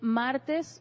martes